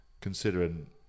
considering